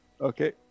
Okay